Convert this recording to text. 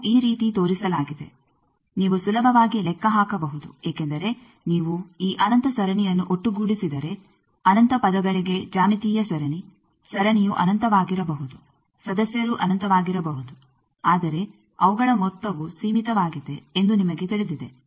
ಅದನ್ನು ಈ ರೀತಿ ತೋರಿಸಲಾಗಿದೆ ನೀವು ಸುಲಭವಾಗಿ ಲೆಕ್ಕ ಹಾಕಬಹುದು ಏಕೆಂದರೆ ನೀವು ಈ ಅನಂತ ಸರಣಿಯನ್ನು ಒಟ್ಟುಗೂಡಿಸಿದರೆ ಅನಂತ ಪದಗಳಿಗೆ ಜ್ಯಾಮಿತೀಯ ಸರಣಿ ಸರಣಿಯು ಅನಂತವಾಗಿರಬಹುದು ಸದಸ್ಯರು ಅನಂತವಾಗಿರಬಹುದು ಆದರೆ ಅವುಗಳ ಮೊತ್ತವು ಸೀಮಿತವಾಗಿದೆ ಎಂದು ನಿಮಗೆ ತಿಳಿದಿದೆ